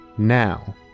Now